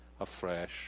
afresh